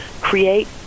create